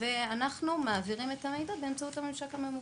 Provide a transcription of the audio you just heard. ואנחנו מעבירים את המידע באמצעות הממשק הממוחשב.